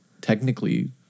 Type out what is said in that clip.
technically